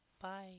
Bye